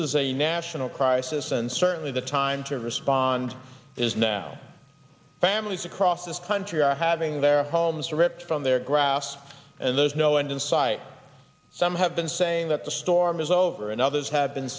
is a national crisis and certainly the time to respond is now families across this country are having their homes ripped from their grass and there's no end in sight some have been saying that the storm is over and others have been